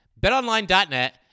BetOnline.net